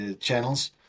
channels